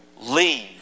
leave